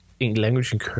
language